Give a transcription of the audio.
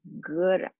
good